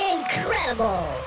Incredible